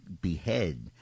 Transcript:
behead